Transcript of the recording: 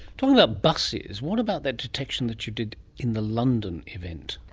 talking about buses, what about the detection that you did in the london event?